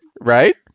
Right